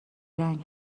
رنگ